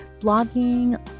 blogging